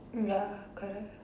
ya correct